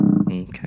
Okay